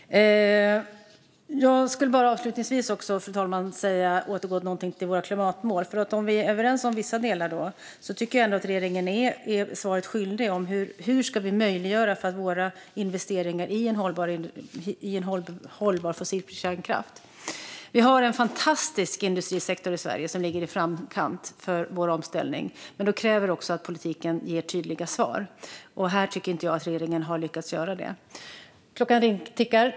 Avslutningsvis, fru talman, vill jag återgå till våra klimatmål. Även om vi är överens om vissa delar tycker jag att regeringen är svaret skyldig hur vi ska nå våra mål om vi inte möjliggör investeringar i hållbar fossilfri kärnkraft. Vi har en fantastisk industrisektor i Sverige, som ligger i framkant för vår omställning. Men det krävs också att politiken ger tydliga svar, och här tycker inte jag att regeringen har lyckats med det. Klockan tickar.